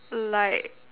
like